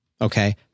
Okay